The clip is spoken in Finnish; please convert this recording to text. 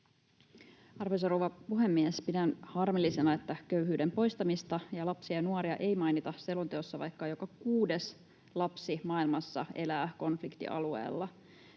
Arvoisa rouva puhemies! Pidän harmillisena, että köyhyyden poistamista ja lapsia ja nuoria ei mainita selonteossa, vaikka joka kuudes lapsi maailmassa elää konfliktialueella